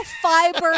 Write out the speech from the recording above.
fiber